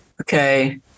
Okay